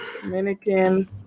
Dominican